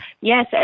Yes